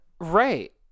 Right